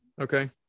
okay